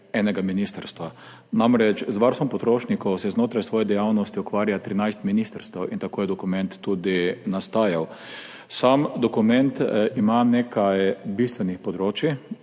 enega ministrstva, namreč z varstvom potrošnikov se znotraj svoje dejavnosti ukvarja 13 ministrstev in tako je dokument tudi nastajal. Sam dokument ima nekaj bistvenih področij,